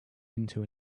into